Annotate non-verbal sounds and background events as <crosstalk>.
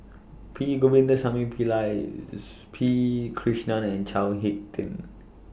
P Govindasamy Pillai <noise> P Krishnan and Chao Hick Tin